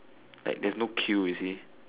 like there's no queue you see